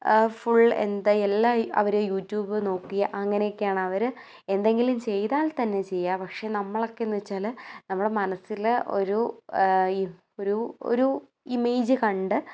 full എന്താ എല്ലാം അവർ യുട്യൂബ് നോക്കി അങ്ങനെയൊക്കയാണ് അവർ എന്തെങ്കിലും ചെയ്താൽ തന്നെ ചെയ്യുക പക്ഷേ നമ്മളൊക്കെ എന്ന് വെച്ചാൽ നമ്മളെ മനസ്സിൽ ഒരു ഒരു ഒരു ഇമേജ് കണ്ട്